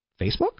Facebook